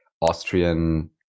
Austrian